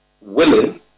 willing